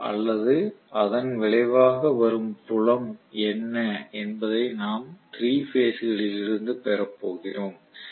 F அல்லது அதன் விளைவாக வரும் புலம் என்ன என்பதை நாம் 3 பேஸ் களில் இருந்து பெறப் போகிறோம்